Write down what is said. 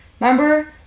Remember